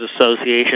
Association